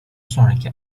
sonraki